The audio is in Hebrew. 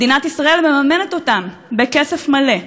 מדינת ישראל מממנת אותן בכסף מלא.